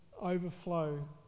overflow